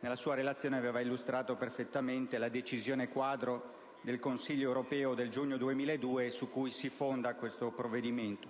nella sua relazione ha illustrato perfettamente la decisione quadro del Consiglio europeo del giugno 2002 su cui si fonda questo provvedimento).